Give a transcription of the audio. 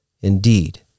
Indeed